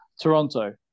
Toronto